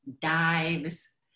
dives